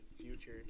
future